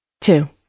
Two